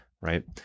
Right